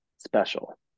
special